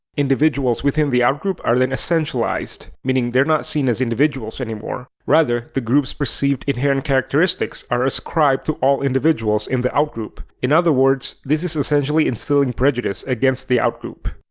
individuals within the outgroup are then essentialized, meaning they're not seen as individuals anymore, rather the group's perceived inherent characteristics are ascribed to all individuals in the outgroup. in other words, this is essentially instilling prejudice against the outgroup.